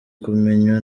kumenywa